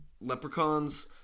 leprechauns